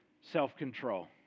self-control